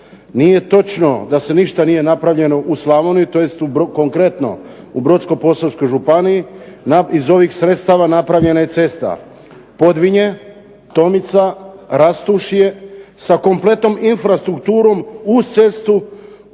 nije točno da ništa nije napravljeno u Slavoniji, tj. konkretno u Brodsko-posavskoj županiji, iz ovih sredstava napravljena je cesta Podvinje, Tonica, RAstušje, sa kompletnom infrastrukturom uz cestu,